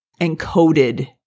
encoded